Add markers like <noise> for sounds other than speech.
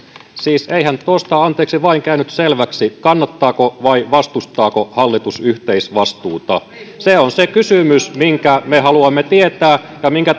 siis eihän tuosta anteeksi vain käynyt selväksi kannattaako vai vastustaako hallitus yhteisvastuuta se on se kysymys minkä me haluamme tietää ja minkä <unintelligible>